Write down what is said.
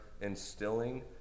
instilling